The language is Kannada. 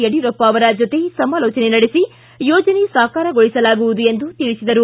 ಯಡಿಯೂರಪ್ಪ ಅವರ ಜತೆ ಸಮಾಲೋಜನೆ ನಡೆಸಿ ಯೋಜನೆ ಸಾಕಾರಗೊಳಿಸಲಾಗುವುದು ಎಂದು ತಿಳಿಸಿದರು